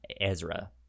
ezra